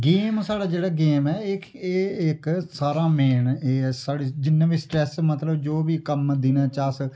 game साढ़ा जेह्ड़ा game ऐ एह् इक एह् इक सारा आं मेन एह् साढ़े जि'न्ना बी स्ट्रेस मतलब जो बी कम्म दिनें च अस